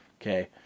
Okay